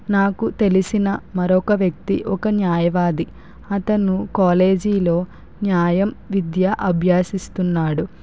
నాకు తెలిసిన మరొక వ్యక్తి ఒక న్యాయవాది అతను కాలేజీ లో న్యాయం విద్య అభ్యాసిస్తున్నాడు